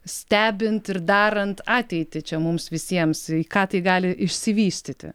stebint ir darant ateitį čia mums visiems į ką tai gali išsivystyti